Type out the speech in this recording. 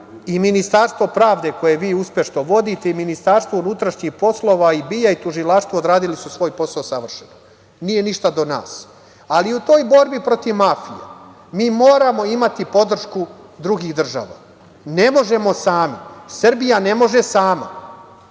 i Ministarstvo pravde, koje vi uspešno vodite, i MUP i BIA i tužilaštvo odradili su svoj posao savršeno. Nije ništa do nas, ali u toj borbi protiv mafije moramo imati podršku drugih država. Ne možemo sami. Srbija ne može sama.